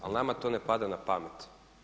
Ali nama to ne pada na pamet.